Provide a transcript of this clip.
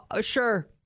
sure